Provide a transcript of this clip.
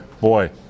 boy